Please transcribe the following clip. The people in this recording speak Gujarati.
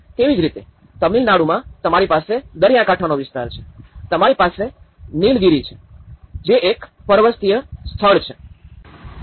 તેવી જ રીતે તમિલનાડુમાં તમારી પાસે દરિયાકાંઠાનો વિસ્તાર છે તમારી પાસે નીલગિરિ છે એક પર્વતીય સ્થળ તરીકે